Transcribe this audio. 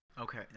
Okay